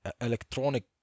electronic